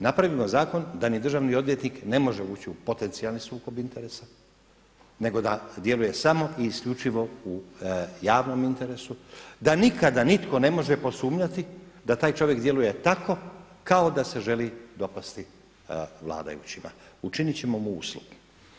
Napravimo zakon da ni državni odvjetnik ne može ući u potencijalni sukob interesa nego da djeluje samo i isključivo u javnom interesu, da nikada nitko ne može posumnjati da taj čovjek djeluje tako kao da se želi dopasti vladajućima, učiniti ćemo mu uslugu.